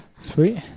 Sweet